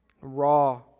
raw